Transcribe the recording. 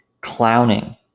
Clowning